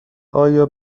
آیا